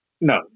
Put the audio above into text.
No